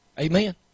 Amen